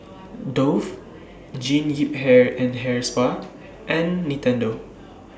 Dove Jean Yip Hair and Hair Spa and Nintendo